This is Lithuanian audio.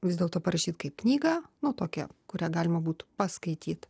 vis dėlto parašyt kaip knygą nu tokią kurią galima būtų paskaityt